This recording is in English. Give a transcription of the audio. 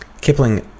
Kipling